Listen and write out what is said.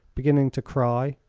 beginning to cry.